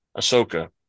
Ahsoka